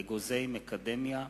אגוזי מקדמיה,